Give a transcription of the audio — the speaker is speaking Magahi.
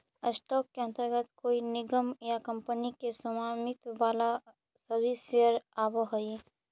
स्टॉक के अंतर्गत कोई निगम या कंपनी के स्वामित्व वाला सभी शेयर आवऽ हइ